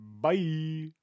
Bye